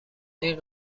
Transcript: این